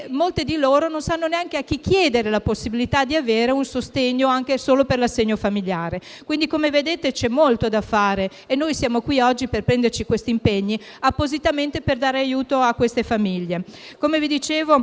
di loro neanche sanno a chi chiedere la possibilità di un sostegno, anche solo per l'assegno familiare. Colleghi, come vedete, c'è molto da fare e noi siamo qui oggi per prenderci impegni precisi, appositamente per dare aiuto a queste famiglie.